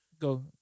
Go